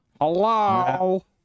Hello